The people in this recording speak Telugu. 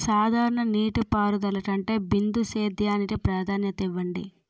సాధారణ నీటిపారుదల కంటే బిందు సేద్యానికి ప్రాధాన్యత ఇవ్వండి